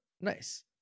nice